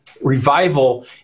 revival